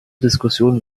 diskussion